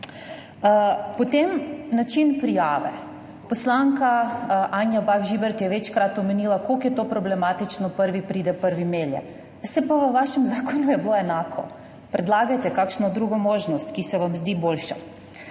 Potem način prijave. Poslanka Anja Bah Žibert je večkrat omenila, kako je to problematično: prvi pride, prvi melje. Saj v vašem zakonu je bilo enako. Predlagajte kakšno drugo možnost, ki se vam zdi boljša.